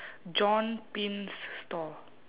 john pins store